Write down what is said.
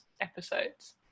episodes